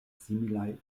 similaj